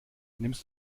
nimmst